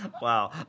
Wow